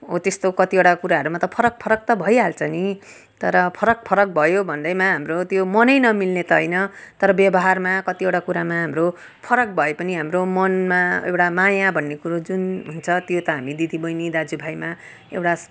हो त्यस्तो कतिवटा कुरामा त फरक फरक त भइहाल्छ पनि तर फरक फरक भयो भन्दैमा हाम्रो त्यो मन नमिल्ने त होइन तर व्यवहारमा कतिवटा कुरामा हाम्रो फरक भए पनि हाम्रो मनमा एउटा माया भन्ने कुरो जुन हुन्छ त्यो त हामी दिदी बहिनी दाजु भाइमा एउटा